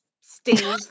Steve